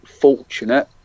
fortunate